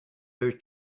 her